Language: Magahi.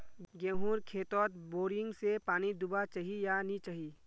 गेँहूर खेतोत बोरिंग से पानी दुबा चही या नी चही?